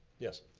yes.